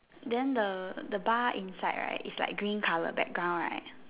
then the the bar inside right is like green color background right